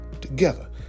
together